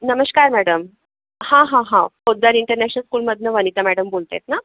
नमस्कार मॅडम हां हां हां पोद्दार इंटरनॅशनल स्कूलमधनं वनिता मॅडम बोलत आहेत ना